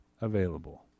available